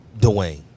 Dwayne